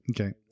Okay